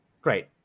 Great